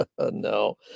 No